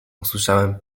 usłyszałem